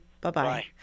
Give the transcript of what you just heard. Bye-bye